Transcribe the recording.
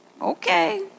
Okay